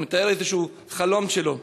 הוא מתאר חלום שלו.